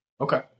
Okay